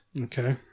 Okay